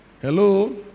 Hello